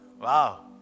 Wow